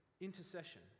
intercession